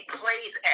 plays